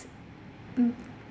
mm